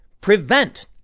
prevent